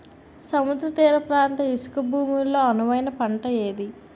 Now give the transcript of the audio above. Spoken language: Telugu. సముద్ర తీర ప్రాంత ఇసుక భూమి లో అనువైన పంట ఏది?